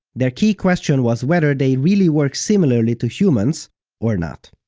their key question was whether they really work similarly to humans or not.